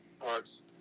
parts